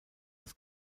das